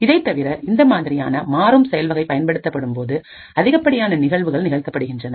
இதைத்தவிர இந்தமாதிரியான மாறும் செயல்வகை பயன்படுத்தும்போது அதிகப்படியான நிகழ்வுகள் நிகழ்த்தப்படுகின்றன